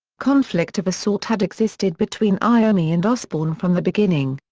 conflict of a sort had existed between iommi and osbourne from the beginning.